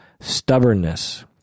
stubbornness